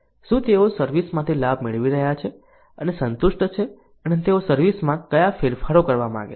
શું તેઓ સર્વિસ માંથી લાભ મેળવી રહ્યા છે અને સંતુષ્ટ છે અને તેઓ સર્વિસ માં કયા ફેરફારો કરવા માગે છે